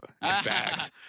bags